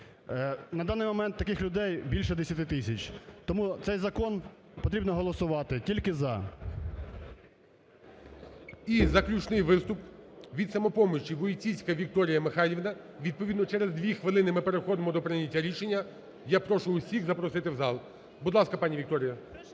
На даний момент таких людей більше 10 тисяч. Тому цей закон потрібно голосувати тільки "за". ГОЛОВУЮЧИЙ. І заключний виступ. Від "Самопомочі" Войціцька Вікторія Михайлівна. Відповідно через дві хвилини ми переходимо до прийняття рішення, я прошу усіх запросити в зал. Будь ласка, пані Вікторія.